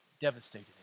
Devastated